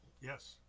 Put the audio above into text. Yes